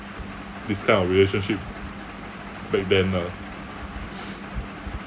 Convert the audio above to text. this kind of relationship back then lah